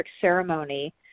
ceremony